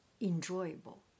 enjoyable